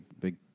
big